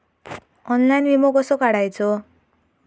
Online विमो कसो काढायचो?